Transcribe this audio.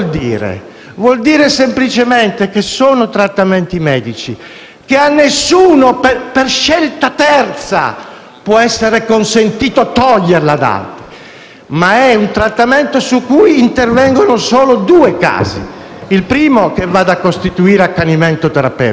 che a nessuno, per scelta terza, può essere consentita la sospensione, ma è un trattamento su cui intervengono solo due casi: il primo, che vada a costituire accanimento terapeutico; il secondo, quando interviene una volontà